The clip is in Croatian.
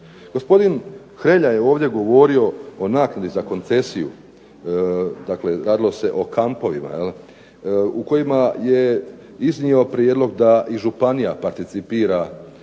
Gospodin Hrelja je ovdje govorio o naknadi za koncesiju. Dakle, radilo se o kampovima u kojima je iznio prijedlog da i županija participira u